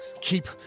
Keep